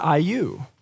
IU